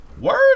word